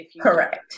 Correct